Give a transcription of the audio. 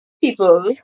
people